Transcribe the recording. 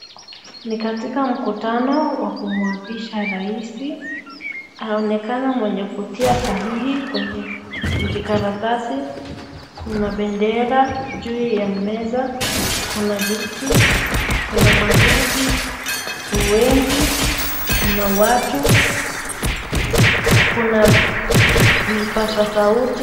Ni katika mkutano wa kumapisha rais. Aonekana mwenye kutia sahihi kwenye kijikaratasi, kuna bendera juu ya meza, kuna viti, kuna majaji wengi, kuna watu, kuna vipaza sauti.